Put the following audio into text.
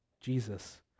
Jesus